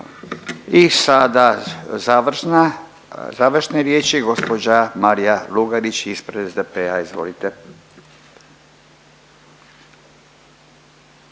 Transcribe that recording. završne riječi gospođa Marija Lugarić ispred SDP-a. Izvolite.